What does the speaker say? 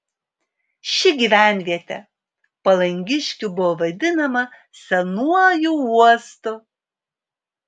ši gyvenvietė palangiškių buvo vadinama senuoju uostu